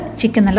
chicken